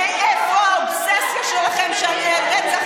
מאיפה האובססיה שלכם שם לרצח רבין?